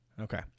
Okay